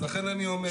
לכן אני אומר,